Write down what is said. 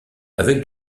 avec